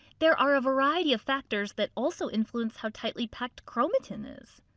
there are a variety of factors that also influence how tightly packed chromatin is.